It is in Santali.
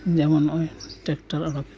ᱡᱮᱢᱚᱱ ᱱᱚᱜᱼᱚᱸᱭ ᱴᱨᱟᱠᱴᱟᱨ ᱚᱰᱳᱠ ᱮᱱᱟ